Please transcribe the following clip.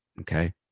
Okay